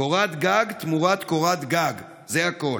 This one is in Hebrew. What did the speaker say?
קורת גג תמורת קורת גג, זה הכול.